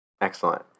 Excellent